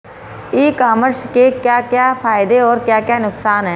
ई commerce के क्या क्या फायदे और क्या क्या नुकसान है?